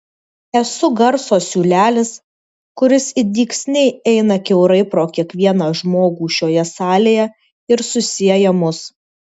esu garso siūlelis kuris it dygsniai eina kiaurai pro kiekvieną žmogų šioje salėje ir susieja mus